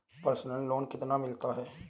Personal loan कितना मिलता है?